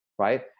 Right